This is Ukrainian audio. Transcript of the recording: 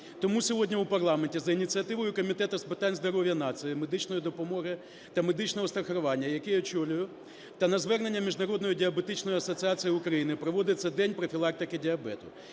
Тому сьогодні у парламенті, за ініціативою Комітету з питань здоров'я нації, медичної допомоги та медичного страхування, який я очолюю, та на звернення Міжнародної діабетичної асоціації України, проводиться день профілактики діабету,